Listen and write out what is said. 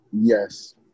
Yes